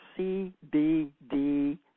CBD